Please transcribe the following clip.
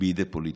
בידי פוליטיקאים.